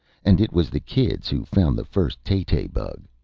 and it was the kids who found the first tay-tay bug,